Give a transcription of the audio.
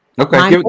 Okay